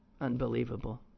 Unbelievable